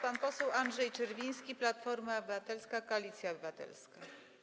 Pan poseł Andrzej Czerwiński, Platforma Obywatelska - Koalicja Obywatelska.